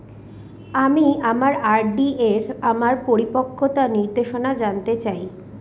আমি আমার আর.ডি এর আমার পরিপক্কতার নির্দেশনা জানতে চাই